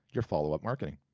your followup marketing,